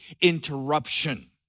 interruption